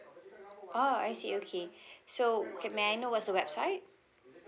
oh I see okay so okay may I know what's the website